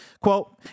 Quote